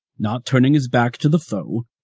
not turning his back to the foe,